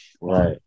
Right